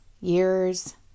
years